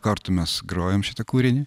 kartu mes grojom šitą kūrinį